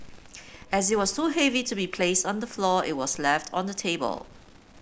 as it was too heavy to be placed on the floor it was left on the table